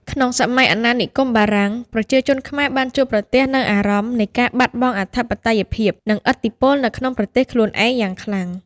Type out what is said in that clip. ក្នុងសម័យអាណានិគមបារាំង ប្រជាជនខ្មែរបានជួបប្រទះនូវអារម្មណ៍នៃការបាត់បង់អធិបតេយ្យភាព និងឥទ្ធិពលនៅក្នុងប្រទេសខ្លួនឯងយ៉ាងខ្លាំង។